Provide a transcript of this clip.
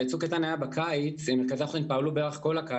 צוק איתן היה בקיץ ומרכזי החוסן פעלו כל הקיץ.